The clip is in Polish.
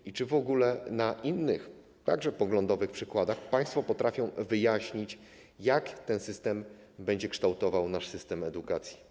I czy w ogóle na innych, także poglądowych, przykładach państwo potrafią wyjaśnić, jak ten system będzie kształtował nasz system edukacji?